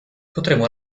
potremo